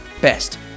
best